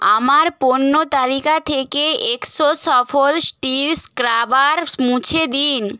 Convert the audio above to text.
আমার পণ্য তালিকা থেকে এক্সো সফল স্টিল স্ক্রাবারস মুছে দিন